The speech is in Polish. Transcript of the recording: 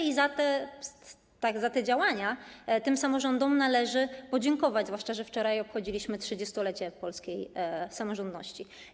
I za te działania tym samorządom należy podziękować, zwłaszcza że wczoraj obchodziliśmy 30-lecie polskiej samorządności.